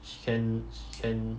she can she can